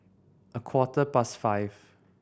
a quarter past five